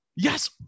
Yes